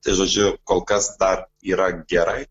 tai žodžiu kol kas dar yra gerai